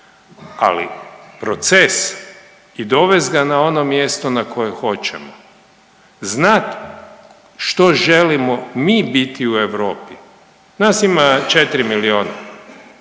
ali proces i dovest ga na ono mjesto na koje hoćemo, znat što želimo mi biti u Europi, nas ima 4 milijuna,